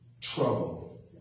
Trouble